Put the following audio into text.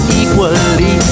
equally